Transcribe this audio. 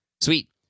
Sweet